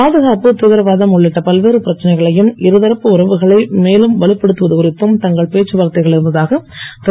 பாதுகாப்பு தீவிரவாதம் உள்ளிட்ட பல்வேறு பிரச்சனைகளையும் இருதரப்பு உறவுகளை மேலும் வலுப்படுத்துவது குறித்தும் தங்கள் பேச்சுவார்த்தைகள் இருந்ததாக திரு